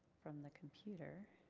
from the computer.